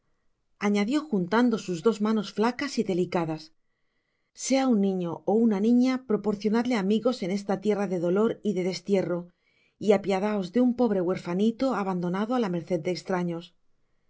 añadió juntando sus manos flacas y delicadas sea un niño ó una niña proporcionadle amigos en esta tierra de dolor y de destierro y apiadaos de un pobre huerfanito abandonado á la mer ced de estraños